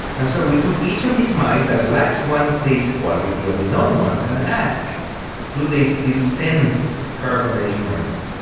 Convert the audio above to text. and so we took each of these mice that lacks one taste quality of the known ones and ask do they still sense carbonation or not.